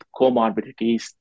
comorbidities